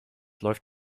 läuft